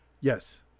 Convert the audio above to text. Yes